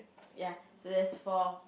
ya so there's four